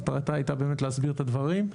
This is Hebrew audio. מטרתה הייתה באמת להסביר את הדברים.